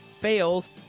fails